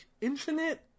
infinite